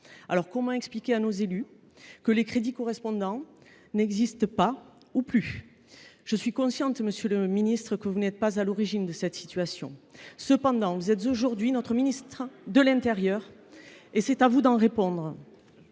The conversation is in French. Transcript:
alors comment expliquer à nos élus que les crédits correspondants n’existent pas ou plus ? J’ai bien conscience, monsieur le ministre, que vous n’êtes pas responsable de cette situation. Cependant, vous êtes aujourd’hui notre ministre de l’intérieur et c’est à vous d’en répondre.